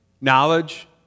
knowledge